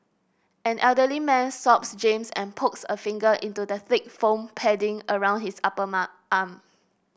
an elderly man stops James and pokes a finger into the thick foam padding around his upper arm